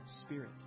spirit